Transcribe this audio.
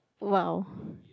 !wow!